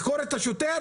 לחקור את השוטר?